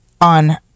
on